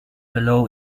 below